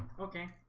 okay,